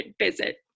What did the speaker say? visit